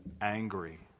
angry